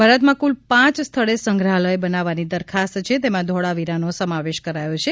ભારત માં કુલ પાંચ સ્થળે સંગ્રહાલય બનાવવાની દરખાસ્ત છે તેમાં ધોળાવીરા નો સમાવેશ કરાયો છે